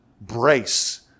Brace